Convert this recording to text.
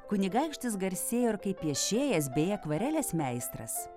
kunigaikštis garsėjo ir kaip piešėjas bei akvarelės meistras